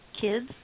kids